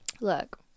Look